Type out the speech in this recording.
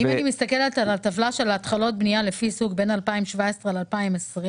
אם אני מסתכלת על הטבלה שמתארת את התחלות הבנייה מאז 2017 ועד 2020,